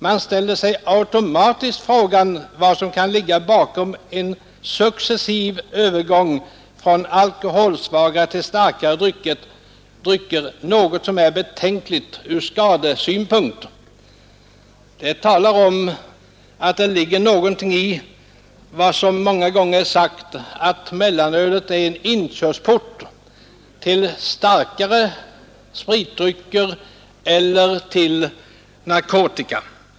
Man ställer sig automatiskt frågan vad som kan ligga bakom en successiv övergång från alkoholsvagare till starkare drycker — något som är betänkligt ur skadesynpunkt.” Detta visar att det ligger någonting i talet om att mellanölet många gånger är inkörsporten till starkare spritdrycker eller till narkotika.